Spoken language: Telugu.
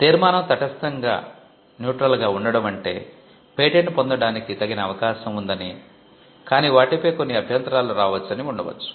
తీర్మానం తటస్థంగా ఉండడం అంటే పేటెంట్ పొందటానికి తగిన అవకాశం ఉందని కానీ వాటిపై కొన్ని అభ్యంతరాలు రావచ్చు అని ఉండవచ్చు